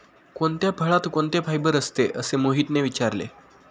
कोणत्या फळात कोणते फायबर असते? असे मोहितने विचारले